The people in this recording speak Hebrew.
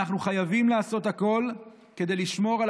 ואנחנו חייבים לעשות הכול כדי לשמור על